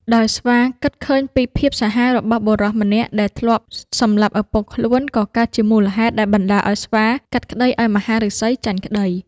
ដោយស្វាគិតឃើញពីភាពសាហាវរបស់បុរសម្នាក់ដែលធ្លាប់សម្លាប់ឱពុកខ្លួន ក៏កើតជាមូលហេតុដែលបណ្តាឱ្យស្វាកាត់ក្តីឱ្យមហាឫសីចាញ់ក្តី។